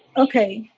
okay,